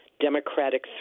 democratic